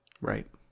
Right